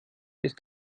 ist